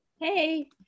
Hey